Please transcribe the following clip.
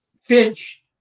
Finch